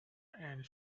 and